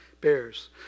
bears